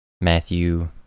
Matthew